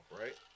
right